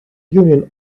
union